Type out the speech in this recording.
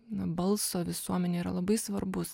na balso visuomenėj yra labai svarbus